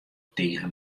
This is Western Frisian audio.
tige